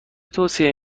توصیه